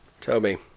Toby